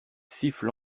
siffle